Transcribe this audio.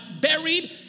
buried